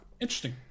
Interesting